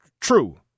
true